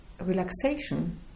relaxation